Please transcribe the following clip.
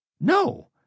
No